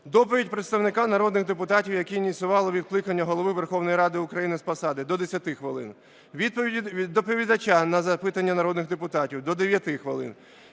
Доповідь представника народних депутатів, які ініціювали відкликання Голови Верховної Ради України з посади – до 10 хвилин, відповіді доповідача на запитання народних депутатів – до 9 хвилин,